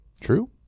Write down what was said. true